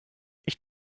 ich